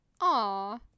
aw